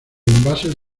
envases